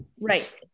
right